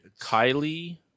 Kylie